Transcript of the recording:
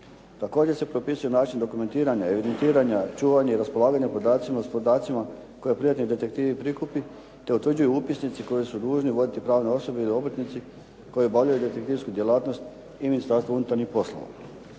Također se propisuje način dokumentiranja i evidentiranja, čuvanje i raspolaganje podacima koje privatni detektiv prikupi, te utvrđuju upisnici koji su dužni voditi pravne osobe ili obrtnici koji obavljaju detektivsku djelatnost i Ministarstvo unutarnjih poslova.